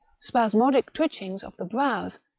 spasmodic twitchings of the brows,